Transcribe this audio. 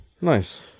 Nice